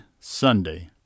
Sunday